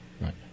Right